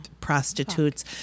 prostitutes